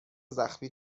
زخمی